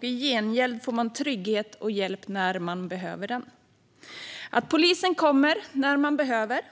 I gengäld får man trygghet och hjälp när man behöver den. Det innebär att polisen kommer när det behövs,